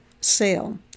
sale